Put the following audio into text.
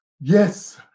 Yes